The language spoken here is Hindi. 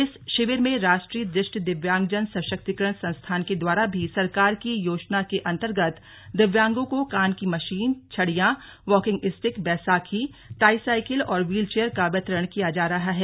इस शिविर में राष्ट्रीय दृष्टि दिव्यांगजन सशक्तिकरण संस्थान के द्वारा भी सरकार की योजना के अंतर्गत दिव्यांगों को कान की मशीन छड़िया वॉकिंग स्टिक बैसाखी टाई साइकिल और व्हील चेयर का वितरण किया जा रहा है